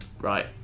right